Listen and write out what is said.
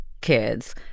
kids